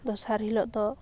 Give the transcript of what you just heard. ᱫᱚᱥᱟᱨ ᱦᱤᱞᱚᱜ ᱫᱚ